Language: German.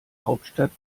hauptstadt